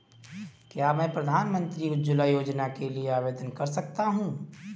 क्या मैं प्रधानमंत्री उज्ज्वला योजना के लिए आवेदन कर सकता हूँ?